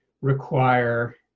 require